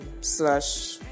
slash